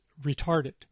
retarded